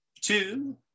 two